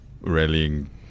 rallying